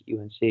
UNC